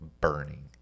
burning